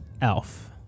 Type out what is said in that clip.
Elf